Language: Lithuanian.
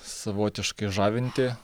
savotiškai žavinti